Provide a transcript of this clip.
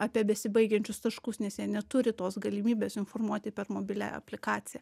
apie besibaigiančius taškus nes jie neturi tos galimybės informuoti per mobiliąją aplikaciją